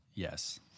Yes